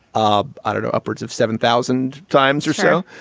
um ah don't know, upwards of seven thousand times or so.